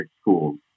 schools